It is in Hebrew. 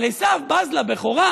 אבל עשיו בז לבכורה